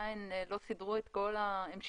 יש